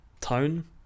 tone